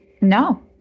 No